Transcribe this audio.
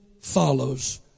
follows